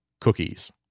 cookies